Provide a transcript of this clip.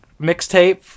mixtape